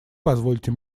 позвольте